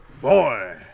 Boy